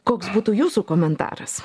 koks būtų jūsų komentaras